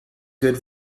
good